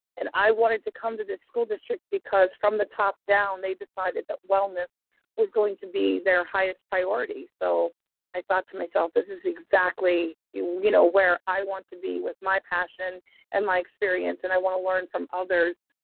and i wanted to come to this school district, because from the top down, they decided that wellness was going to be their highest priority. so i thought to myself, this is exactly you know where i want to be with my passion and experience, and i want to learn from others.